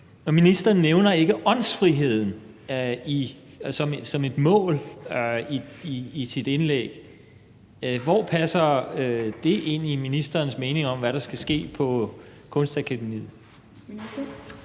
før. Ministeren nævner ikke åndsfriheden som et mål i sit indlæg. Hvor passer det ind i ministerens mening om, hvad der skal ske på Kunstakademiet?